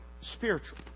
spiritual